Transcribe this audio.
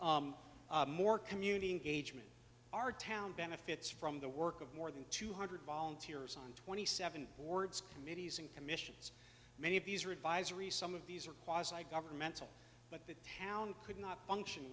two more community engagement our town benefits from the work of more than two hundred volunteers on twenty seven boards committees and commissions many of these are advisory some of these are quasi governmental but the town could not function